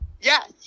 Yes